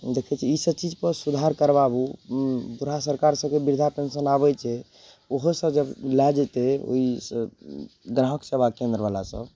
देखय छियै ई सभचीज पर सुधार करबाबू बुढ़ा सरकार सभके वृद्धा पेंशन आबय छै ओहो सभ जब लए जेतय ओहिसँ ग्राहक सेवा केन्द्रवला सभ